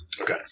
Okay